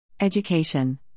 Education